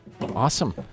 Awesome